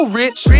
rich